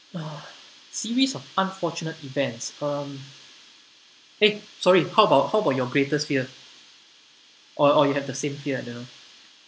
uh series of unfortunate events um eh sorry how about how about your greatest fear or or you have the same fear I don't know